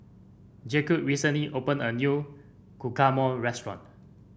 Jacque recently opened a new Guacamole restaurant